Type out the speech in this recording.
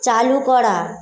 চালু করা